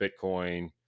Bitcoin